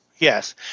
Yes